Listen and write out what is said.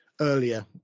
earlier